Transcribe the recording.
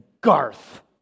Garth